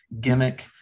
gimmick